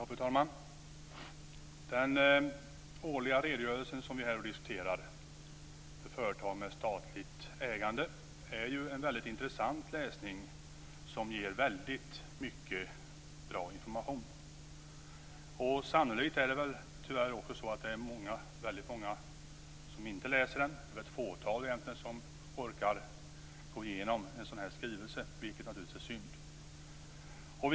Fru talman! Den årliga redogörelse för företag med statligt ägande som vi här diskuterar är en väldigt intressant läsning, som ger väldigt mycket bra information. Sannolikt är det väl tyvärr väldigt många som inte läser den. Det är egentligen bara ett fåtal som orkar gå igenom en sådan här skrivelse, vilket naturligtvis är synd.